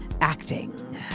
acting